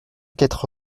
être